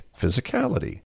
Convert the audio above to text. physicality